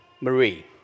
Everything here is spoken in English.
Marie